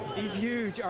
he's huge, all